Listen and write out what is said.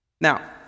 Now